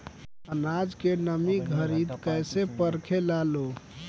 आनाज के नमी घरयीत कैसे परखे लालो?